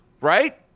right